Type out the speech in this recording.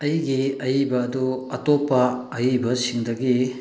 ꯑꯩꯒꯤ ꯑꯏꯕ ꯑꯗꯨ ꯑꯇꯣꯞꯄ ꯑꯏꯕꯁꯤꯡꯗꯒꯤ